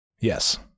Yes